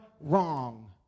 wrong